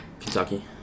Kentucky